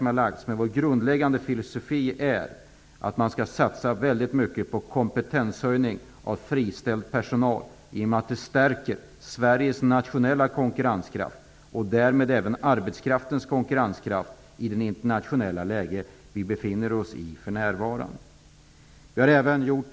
Men jag vill säga att det är vår grundläggande filosofi att man skall satsa väldigt mycket på kompetenshöjning beträffande friställd personal i och med att det stärker Sveriges nationella konkurrenskraft och därmed även arbetskraftens konkurrenskraft i det internationella läge som vi för närvarande befinner oss i.